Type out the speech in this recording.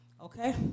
Okay